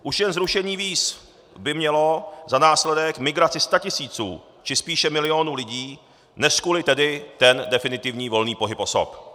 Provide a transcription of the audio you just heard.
Už jen zrušení víz by mělo za následek migraci statisíců, či spíše milionů lidí, neřkuli tedy ten definitivní volný pohyb osob.